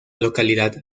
localidad